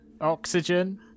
oxygen